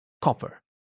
Copper